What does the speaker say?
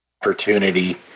opportunity